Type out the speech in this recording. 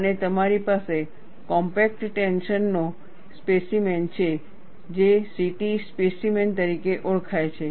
અને તમારી પાસે કોમ્પેક્ટ ટેન્શનનો સ્પેસીમેન છે જે CT સ્પેસીમેન તરીકે ઓળખાય છે